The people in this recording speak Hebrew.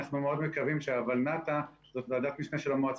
אנחנו מאוד מקווים שתדון שהוולנת"ע זאת ועדת משנה של המועצה